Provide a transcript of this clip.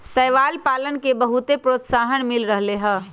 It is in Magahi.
शैवाल पालन के बहुत प्रोत्साहन मिल रहले है